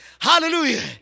Hallelujah